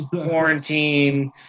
quarantine